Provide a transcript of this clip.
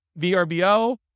VRBO